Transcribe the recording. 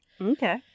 Okay